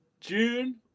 June